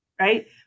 right